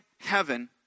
heaven